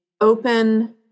open